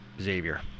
Xavier